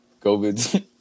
COVID